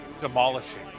demolishing